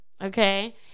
okay